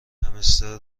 همستر